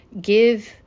give